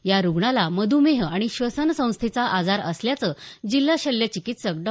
या रुग्णाला मध्मेह आणि श्वसन संस्थेचा आजार असल्याचं जिल्हा शल्यचिकित्सक डॉ